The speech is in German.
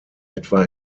etwa